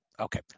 Okay